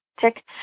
tick